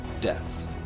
deaths